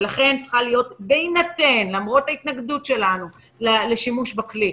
אם מאפשרים שימוש בכלי,